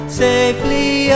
safely